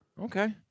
Okay